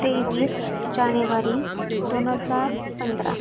तेवीस जानेवारी दोन हजार पंधरा